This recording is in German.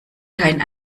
kein